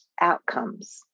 outcomes